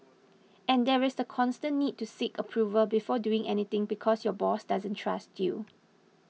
and there is the constant need to seek approval before doing anything because your boss doesn't trust you